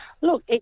Look